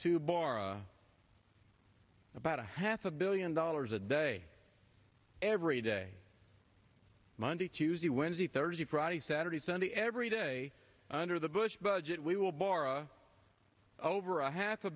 to borrow about a half a billion dollars a day every day monday tuesday wednesday thursday friday saturday sunday every day under the bush budget we will borrow over a half a